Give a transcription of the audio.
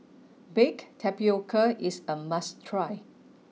Baked Tpioca is a must try